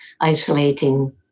isolating